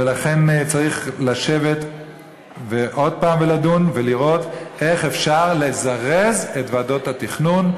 ולכן צריך לשבת עוד פעם ולדון ולראות איך אפשר לזרז את ועדות התכנון,